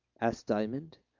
asked diamond.